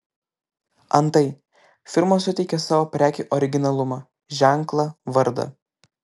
antai firmos suteikia savo prekei originalumą ženklą vardą